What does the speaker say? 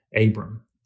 Abram